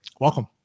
Welcome